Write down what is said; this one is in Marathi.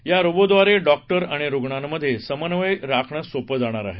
या रोबोट द्वारे डॉक्टर आणि रुग्णांमध्ये समन्वय राखणं सोपं जाणार आहे